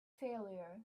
failure